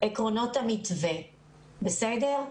המתווה בסדר?